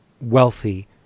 wealthy